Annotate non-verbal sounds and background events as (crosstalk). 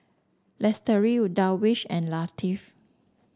(unintelligible) Darwish and Latif